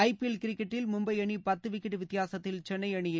ஐ P L கிரிக்கெட்டில் மும்பை அணி பத்து விக்கெட் வித்தியாசத்தில் சென்னை அணியை